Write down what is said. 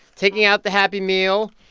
taking out the happy meal.